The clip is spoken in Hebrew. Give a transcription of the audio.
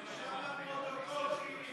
ישר לפרוטוקול, חיליק.